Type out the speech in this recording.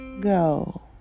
Go